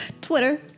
Twitter